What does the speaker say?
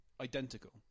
identical